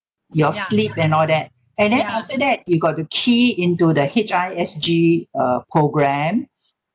your sleep and all that and then after that you got to key into the H_I_S_G uh program